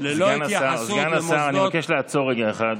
ללא התייחסות, סגן השר, אני מבקש לעצור רגע אחד.